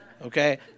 Okay